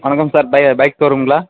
வணக்கம் சார் பை பைக் ஷோரூமுங்களா